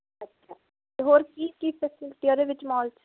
ਅੱਛਾ ਅਤੇ ਹੋਰ ਕੀ ਕੀ ਫਸਿਲਟੀ ਉਹਦੇ ਵਿੱਚ ਮਾਲ 'ਚ